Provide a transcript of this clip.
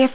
F